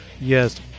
Yes